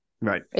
right